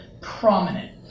prominent